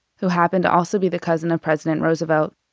who happened to also be the cousin of president roosevelt,